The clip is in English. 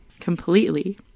completely